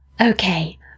Okay